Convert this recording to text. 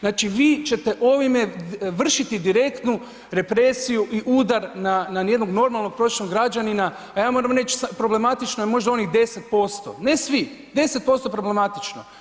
Znači, vi ćete ovime vršiti direktnu represiju i udar na ni jednog normalnog prosječnog građanina, a ja moram reć problematično je možda onih 10%, ne svi, 10% je problematično.